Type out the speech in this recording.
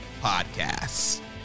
podcasts